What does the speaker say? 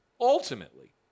Ultimately